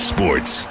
Sports